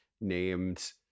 named